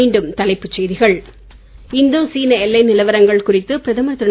மீண்டும் தலைப்புச் செய்திகள் இந்தோ சீன எல்லை நிலவரங்கள் குறித்து பிரதமர் திரு